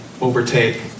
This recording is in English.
overtake